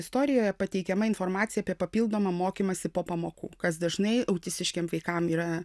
istorijoje pateikiama informacija apie papildomą mokymąsi po pamokų kas dažnai autistiškiem vaikam yra